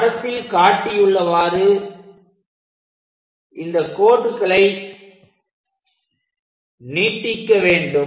படத்தில் காட்டியுள்ளவாறு இந்த கோடுகளை நீட்டிக்க வேண்டும்